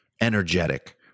energetic